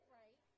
right